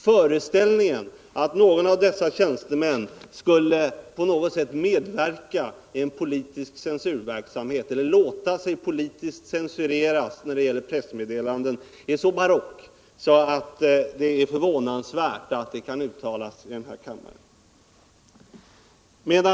Föreställningen att någon av dessa tjänstemän skulle på något sätt medverka i en politisk censurverksamhet eller låta sig politiskt censureras när det gäller pressmeddelanden är så barock att det är förvånansvärt att den kan uttalas här i kammaren.